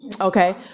Okay